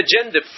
agenda